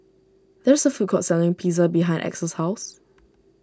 there is a food court selling Pizza behind Axel's house